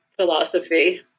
philosophy